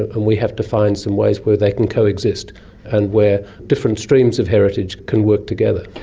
and we have to find some ways where they can coexist and where different streams of heritage can work together.